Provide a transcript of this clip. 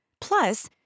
Plus